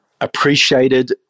appreciated